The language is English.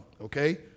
okay